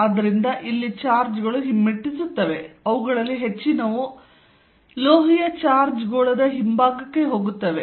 ಆದ್ದರಿಂದ ಇಲ್ಲಿ ಚಾರ್ಜ್ಗಳು ಹಿಮ್ಮೆಟ್ಟಿಸುತ್ತವೆ ಆದ್ದರಿಂದ ಅವುಗಳಲ್ಲಿ ಹೆಚ್ಚಿನವು ಲೋಹೀಯ ಚಾರ್ಜ್ ಗೋಳದ ಹಿಂಭಾಗಕ್ಕೆ ಹೋಗುತ್ತವೆ